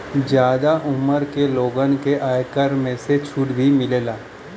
जादा उमर के लोगन के आयकर में से छुट भी मिलला